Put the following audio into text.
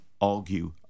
argue